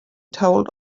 told